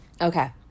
okay